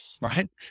right